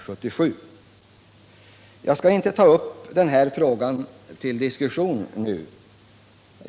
Jag skall inte ta upp den frågan till diskussion nu.